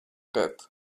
death